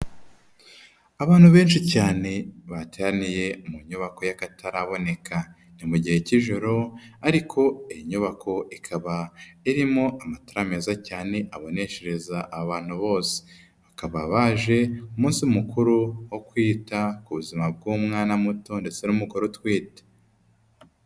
Abantu benshi cyane bateraniye mu nyubako y'akataraboneka, ni mu gihe cy'ijoro ariko iyi nyubako ikaba irimo amatara meza cyane, aboneshereza abantu bose. Bakaba baje mu munsi mukuru wo kwita ku buzima bw'umwana muto ndetse n'umugore utwite.